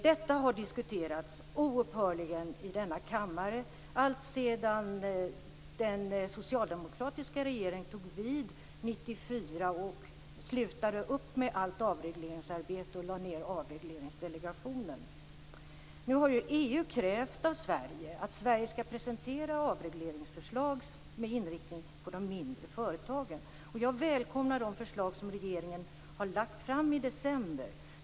Detta har diskuterats oupphörligt i denna kammare alltsedan den socialdemokratiska regeringen tog vid 1994 och slutade upp med allt avregleringsarbete och lade ned Avregleringsdelegationen. Nu har EU krävt av Sverige att Sverige skall presentera avregleringsförslag med inriktning på de mindre företagen. Jag välkomnar de förslag som regeringen lade fram i december.